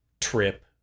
trip